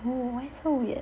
why so weird